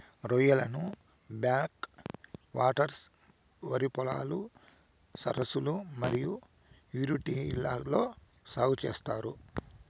రొయ్యలను backwaters, వరి పొలాలు, సరస్సులు మరియు ఈస్ట్యూరీలలో సాగు చేత్తారు